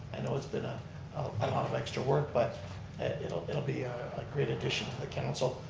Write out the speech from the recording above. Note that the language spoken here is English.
i know it's been a lot of extra work but and it'll it'll be a great addition to the council.